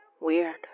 weird